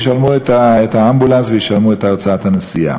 ישלמו את האמבולנס וישלמו את הוצאת הנסיעה,